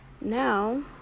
Now